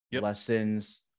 lessons